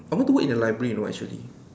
I want to work in the library you know actually